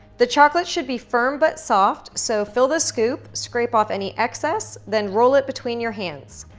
the chocolate should be firm but soft, so fill the scoop, scrape off any excess, then roll it between your hands.